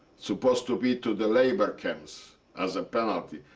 supposed to be to the labor camps as a penalty,